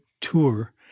tour